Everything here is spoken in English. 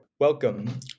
Welcome